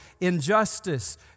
injustice